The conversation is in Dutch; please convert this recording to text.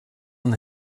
een